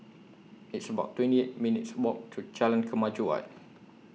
It's about twenty eight minutes' Walk to Jalan Kemajuan